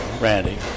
Randy